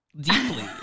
Deeply